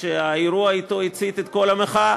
שהאירוע אתו הצית את כל המחאה,